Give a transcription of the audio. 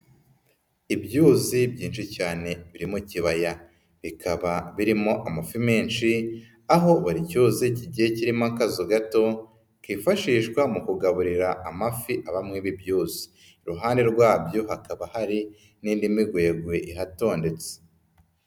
Ibyuzi byinshi cyane biri mu kibaya bikaba birimo amafi menshi aho buri cyuzi kigiye kirimo akazu gato kifashishwa mu kugaburira amafi abafi aba muri ibi byuzi, iruhande rwabyo hakaba hari n'indi migwegwe ihatondetse.